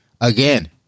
Again